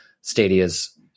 stadia's